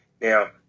Now